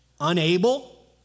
unable